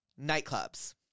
Nightclubs